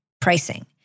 pricing